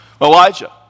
Elijah